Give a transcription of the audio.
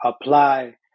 apply